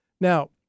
Now